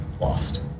lost